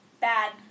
bad